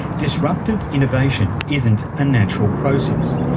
disruptive innovation isn't a natural process,